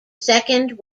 second